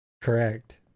Correct